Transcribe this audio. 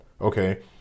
Okay